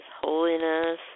holiness